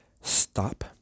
stop